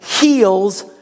heals